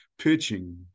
pitching